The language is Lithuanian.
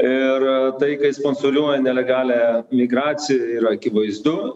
ir tai kad jis kontroliuoja nelegalią migraciją yra akivaizdu